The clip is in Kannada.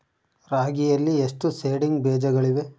ರಾಗಿಯಲ್ಲಿ ಎಷ್ಟು ಸೇಡಿಂಗ್ ಬೇಜಗಳಿವೆ?